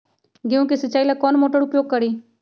गेंहू के सिंचाई ला कौन मोटर उपयोग करी?